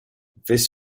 this